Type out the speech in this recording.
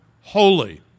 holy